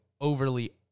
overly